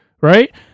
right